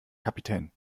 kapitän